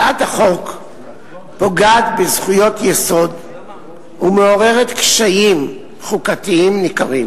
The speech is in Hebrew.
הצעת החוק פוגעת בזכויות יסוד ומעוררת קשיים חוקתיים ניכרים.